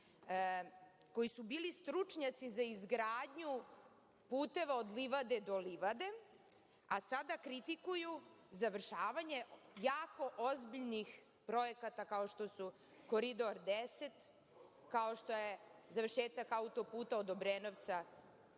koji su bili stručnjaci za izgradnju puteva od livade do livade, a sada kritikuju završavanje jako ozbiljnih projekata, kao što su Koridor 10, kao što je završetak auto-puta od Obrenovca